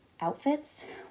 outfits